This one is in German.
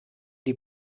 die